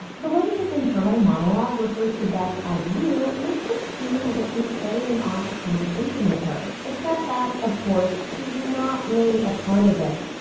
the way his internal monologue refers to beck as you makes it seem as if he's carrying on a conversation with her, except that, of course, she's not really a part of it.